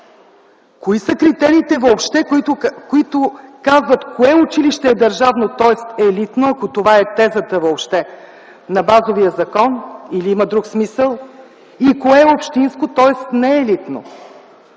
Кои са критериите въобще, които казват кое училище е държавно, тоест елитно, ако това е тезата въобще на базовия закон, или има друг смисъл и кое е общинско, тоест не елитно?